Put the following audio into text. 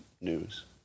news